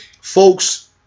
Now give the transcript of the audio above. folks